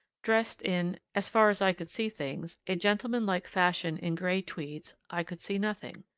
dressed in as far as i could see things a gentlemanlike fashion in grey tweeds, i could see nothing.